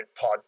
Pod